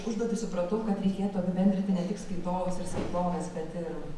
užduotį supratau kad reikėtų apibendrinti ne tik skaitovus ir skaitoves bet ir